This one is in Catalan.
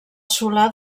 solar